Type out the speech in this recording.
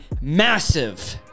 massive